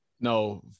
No